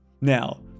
Now